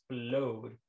explode